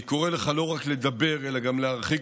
אני קורא לך לא רק לדבר אלא גם להרחיק